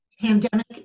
pandemic